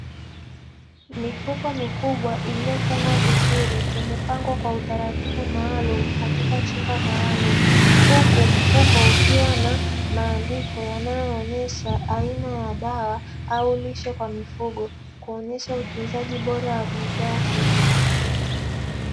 Mifuko mikubwa iliyofungwa vizuri imepangwa kwa utaratibu maalumu katika chumba maalumu. Huku mfuko ukiwa na maandiko yanayoonyesha aina ya dawa au lishe kwa mifugo, kuonyesha utunzaji bora wa bidhaa hizo.